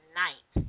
night